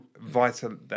vital